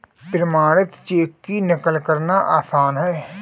प्रमाणित चेक की नक़ल करना आसान है